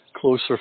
closer